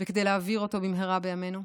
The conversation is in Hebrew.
וכדי להעביר אותו במהרה בימינו.